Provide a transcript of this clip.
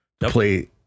play